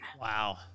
Wow